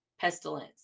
pestilence